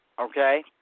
Okay